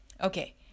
okay